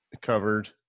covered